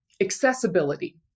accessibility